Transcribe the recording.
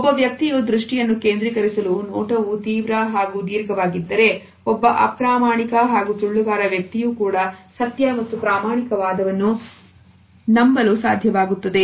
ಒಬ್ಬ ವ್ಯಕ್ತಿಯು ದೃಷ್ಟಿಯನ್ನು ಕೇಂದ್ರೀಕರಿಸಲು ನೋಟವೂ ತೀವ್ರ ಹಾಗೂ ದೀರ್ಘವಾಗಿದ್ದರೆ ಒಬ್ಬ ಅಪ್ರಾಮಾಣಿಕ ಹಾಗೂ ಸುಳ್ಳುಗಾರ ವ್ಯಕ್ತಿಯೂ ಕೂಡ ಸತ್ಯ ಮತ್ತು ಪ್ರಾಮಾಣಿಕ ವಾದವನ್ನು ಎಂದು ನಂಬಿಸಲು ಸಾಧ್ಯವಾಗುತ್ತದೆ